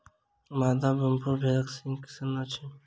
मादा वेम्बूर भेड़क सींघ नै होइत अछि